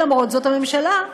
למרות זאת, הממשלה,